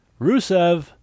Rusev